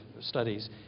studies